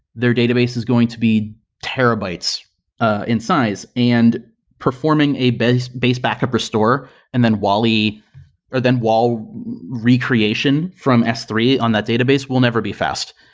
their database is going to be terabytes ah in size, and performing a base base backup restore and then wally or then wall recreation from s three on that database will never be fast.